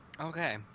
Okay